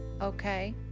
okay